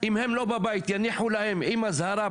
שלא יגיד לך עבודה יותר קשה.